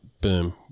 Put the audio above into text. boom